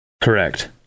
Correct